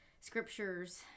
scriptures